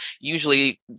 usually